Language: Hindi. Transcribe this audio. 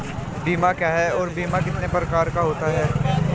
बीमा क्या है और बीमा कितने प्रकार का होता है?